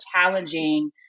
challenging